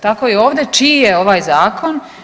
Tako i ovdje čiji je ovaj zakon?